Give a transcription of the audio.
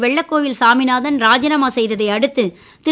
வெள்ளக்கோவில் சாமிநாதன் ராஜினாமா செய்ததை அடுத்து திரு